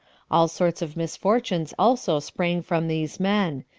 all sorts of misfortunes also sprang from these men,